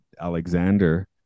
Alexander